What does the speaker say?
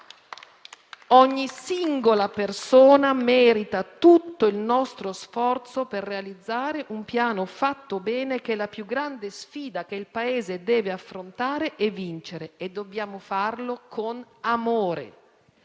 Ogni singola persona merita tutto il nostro sforzo per realizzare un Piano fatto bene, che è la più grande sfida che il Paese deve affrontare e vincere e dobbiamo farlo con amore.